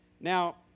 now